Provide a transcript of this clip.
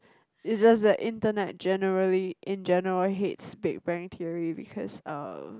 it's just that internet generally in general hates Big Bang Theory because uh